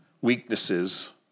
weaknesses